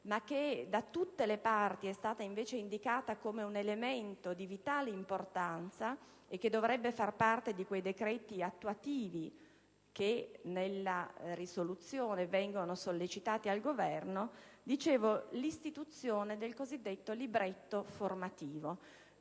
ma che da tutte le parti è stata invece indicata come un elemento di vitale importanza, che dovrebbe far parte di quei decreti attuativi che nella nostra risoluzione vengono sollecitati al Governo, ossia l'istituzione del cosiddetto libretto formativo.